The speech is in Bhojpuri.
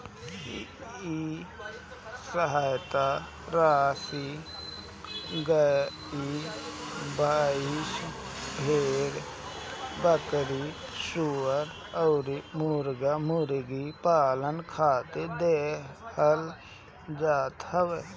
इ सहायता राशी गाई, भईस, भेड़, बकरी, सूअर अउरी मुर्गा मुर्गी पालन खातिर देहल जात हवे